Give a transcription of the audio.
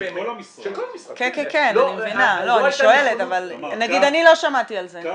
אני לא שמעתי על זה.